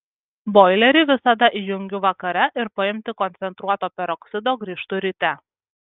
boilerį visada įjungiu vakare ir paimti koncentruoto peroksido grįžtu ryte